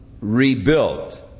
rebuilt